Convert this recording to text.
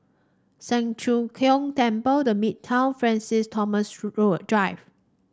Siang Cho Keong Temple The Midtown Francis Thomas Road Drive